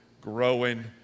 growing